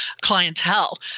clientele